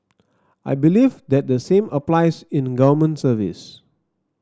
I believe that the same applies in government service